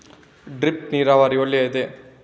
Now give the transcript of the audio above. Drip ನೀರಾವರಿ ಒಳ್ಳೆಯದೇ?